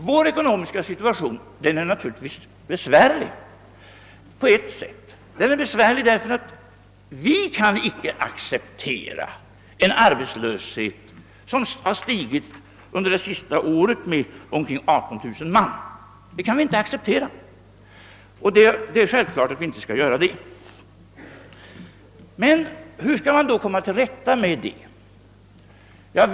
Vår ekonomiska situation är natur ligtvis besvärlig. Vi kan icke acceptera en arbetslöshet som under det senaste året har stigit med omkring 18 000 personer. Det är självklart att vi inte skall göra det, men hur skall vi komma till rätta med situationen?